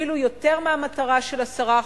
אפילו יותר מהמטרה של 10%,